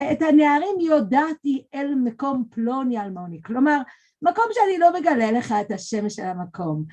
את הנערים ידעתי אל מקום פלוני אלמוני, כלומר, מקום שאני לא מגלה לך את השם של המקום.